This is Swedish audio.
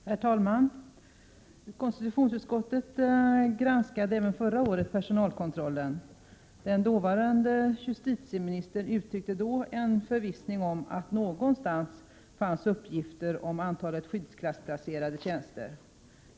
Herr talman! Konstitutionsutskottet granskade även förra året personalkontrollen. Den dåvarande justitieministern uttryckte då en förvissning om att det någonstans fanns uppgifter om antalet skyddsklassplacerade tjänster.